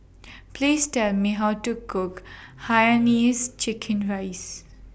Please Tell Me How to Cook Hainanese Chicken Rice